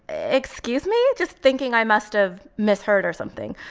excuse me, just thinking i must have misheard or something.